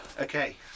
Okay